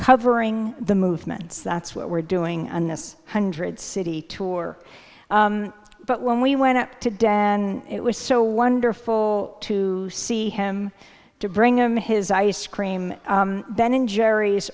covering the movements that's what we're doing on this hundred city tour but when we went up today and it was so wonderful to see him to bring him his ice cream ben and jerry's